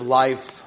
life